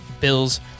Bills